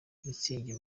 mutzig